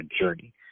journey